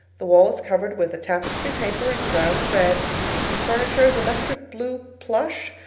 the wall is covered with a tapestry paper in brown and red the furniture is electric-blue plush,